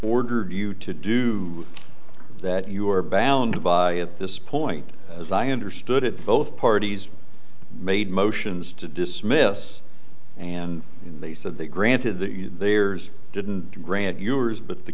ordered you to do that you are bound by at this point as i understood it both parties made motions to dismiss and they said they granted that you theirs didn't grant yours but the